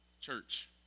church